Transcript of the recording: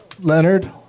Leonard